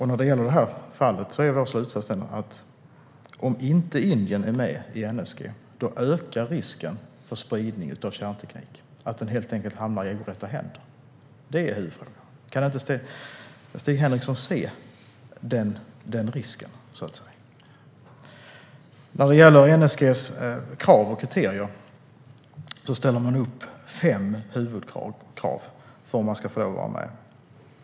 I det här fallet är vår slutsats att risken för spridning av kärnteknik - att den hamnar i orätta händer - ökar om inte Indien är med i NSG. Detta är huvudfrågan. Kan inte Stig Henriksson se den risken? När det gäller NSG:s krav och kriterier är det fem huvudkrav som ställs för om man ska få lov att vara med.